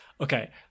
Okay